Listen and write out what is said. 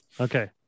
Okay